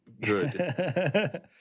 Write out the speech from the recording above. good